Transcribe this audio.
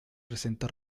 presenta